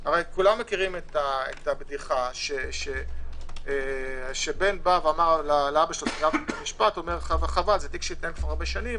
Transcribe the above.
כולנו מכירים את הבדיחה שבן אומר לאביו: זה תיק שהתנהל כל כך הרבה שנים